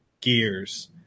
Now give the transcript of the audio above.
Gears